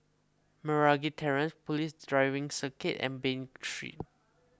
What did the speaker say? Meragi Terrace Police Driving Circuit and Bain Street